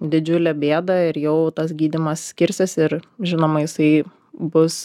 didžiulę bėdą ir jau tas gydymas skirsis ir žinoma jisai bus